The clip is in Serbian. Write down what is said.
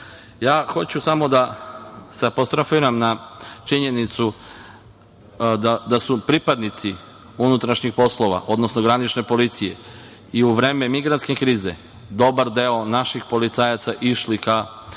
samo da apostrofiram činjenicu da su pripadnici unutrašnjih poslova, odnosno granične policije, i u vreme migrantske krize, dobar deo naših policajaca išao